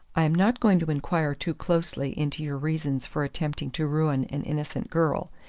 i am not going to inquire too closely into your reasons for attempting to ruin an innocent girl,